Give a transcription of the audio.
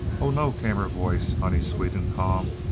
oh, no, came her voice, honey-sweet and calm.